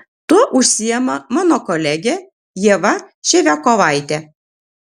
tuo užsiima mano kolegė ieva ševiakovaitė